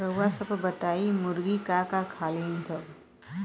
रउआ सभ बताई मुर्गी का का खालीन सब?